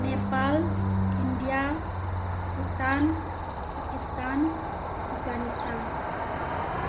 Nepal India Bhutan Pakistan Afghanistan